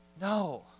No